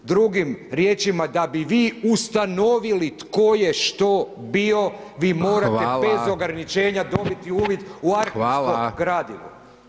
Drugim riječima da bi vi ustanovili tko je što bio, vi morate bez ograničenja dobiti uvid u arhivsko gradivo.